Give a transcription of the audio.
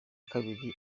kabiri